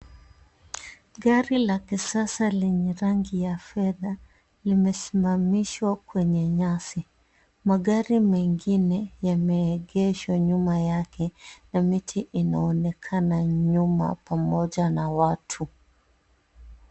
Gari la kisasa lenye rangi ya fedha limesimamishwa kwenye nyasi. Magari mengine yameegeshwa nyuma yake na miti inaonekana nyuma pamoja na watu.